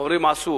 אומרים עשו.